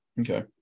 Okay